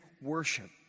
worship